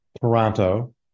Toronto